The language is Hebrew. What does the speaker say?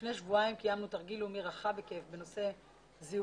לפני שבועיים קיימנו תרגיל לאומי רחב היקף בנושא זיהום